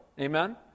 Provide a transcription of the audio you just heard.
Amen